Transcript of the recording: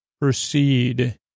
Proceed